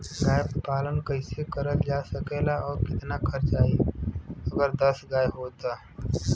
गाय पालन कइसे करल जा सकेला और कितना खर्च आई अगर दस गाय हो त?